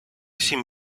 сім